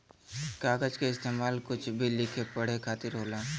कागज के इस्तेमाल कुछ भी लिखे पढ़े खातिर होला